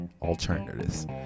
alternatives